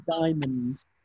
diamonds